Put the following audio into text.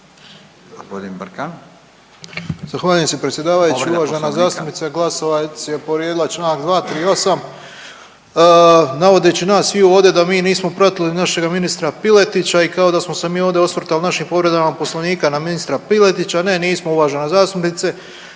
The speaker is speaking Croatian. Zahvaljujem se predsjedavajući. Uvažena zastupnica Glasovac je povrijedila članak 238. navodeći nas sviju ovdje da mi nismo pratili našeg ministra Piletića i kao da smo se mi ovdje osvrtali našim povredama Poslovnika na ministra Piletića. Ne nismo uvažena zastupnice,